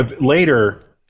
later